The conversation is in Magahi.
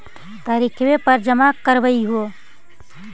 तरिखवे पर जमा करहिओ?